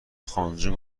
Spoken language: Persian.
خانجون